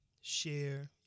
share